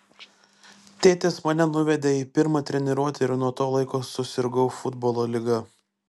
tėtis mane nuvedė į pirmą treniruotę ir nuo to laiko susirgau futbolo liga